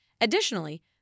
Additionally